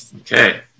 Okay